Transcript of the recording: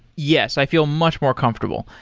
yes. i feel much more comfortable.